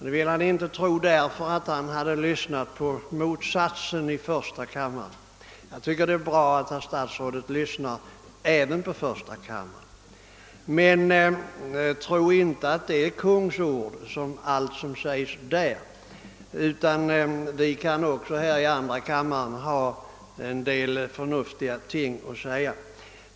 Att han inte vill tro på detta beror på att han hade hört motsatt mening i första kammaren. Jag tycker det är bra att herr statsrådet lyssnar även på första kammaren, men tro inte att allt som sägs där är kungsord. Vi här i andra kammaren kan också ha en del förnuftiga åsikter.